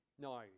No